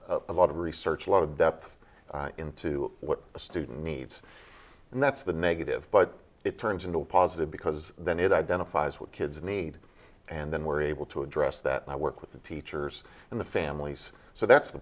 it's a lot of research a lot of depth into what the student needs and that's the negative but it turns into a positive because then it identifies what kids need and then we're able to address that and i work with the teachers and the families so that's